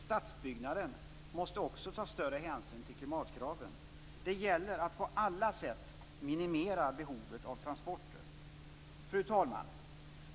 Stadsbyggnaden måste också ta större hänsyn till klimatkraven. Det gäller att på alla sätt minimera behovet av transporter. Fru talman!